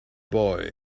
boy